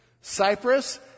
Cyprus